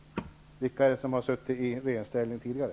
Vilka har suttit i regeringsställning tidigare?